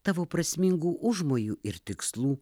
tavo prasmingų užmojų ir tikslų